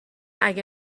اگه